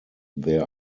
there